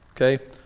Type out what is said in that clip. okay